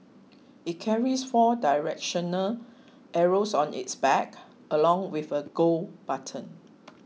it carries four directional arrows on its back along with a Go button